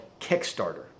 Kickstarter